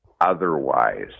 Otherwise